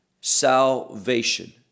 salvation